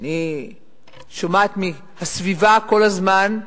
שאני שומעת מהסביבה כל הזמן,